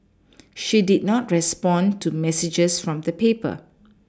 she did not respond to messages from the paper